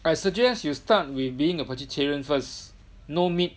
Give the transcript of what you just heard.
I suggest you start with being a vegeterian first no meat